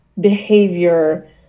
behavior